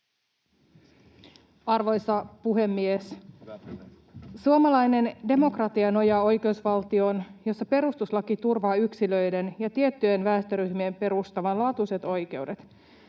Arvoisa puhemies! Suomalainen demokratia nojaa oikeusvaltioon, jossa perustuslaki turvaa yksilöiden ja tiettyjen väestöryhmien perustavanlaatuiset oikeudet.